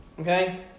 okay